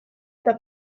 eta